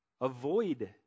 avoid